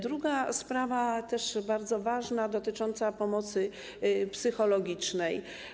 Druga sprawa, też bardzo ważna, dotyczy pomocy psychologicznej.